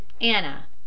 Anna